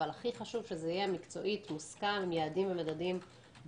אבל הכי חשוב שזה יהיה מקצועית מוסכם עם יעדים ומדדים ברורים.